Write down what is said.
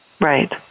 Right